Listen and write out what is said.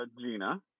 Gina